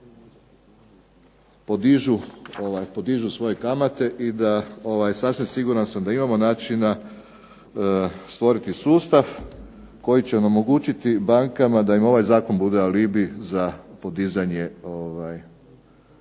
podižu svoje kamate. I sasvim siguran sam da imamo načina stvoriti sustav koji će omogućiti bankama da im ovaj zakon bude alibi za podizanje